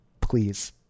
please